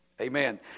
Amen